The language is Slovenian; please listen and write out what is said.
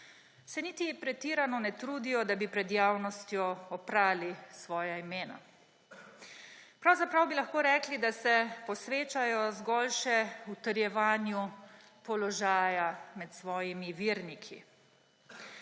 se niti pretirano ne trudijo, da bi pred javnostjo oprali svoja imena. Pravzaprav bi lahko rekli, da se posvečajo zgolj še utrjevanju položaja med svojimi verniki.